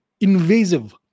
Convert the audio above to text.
invasive